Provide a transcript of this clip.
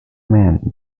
men